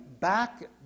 back